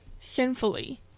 sinfully